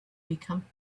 become